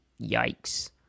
Yikes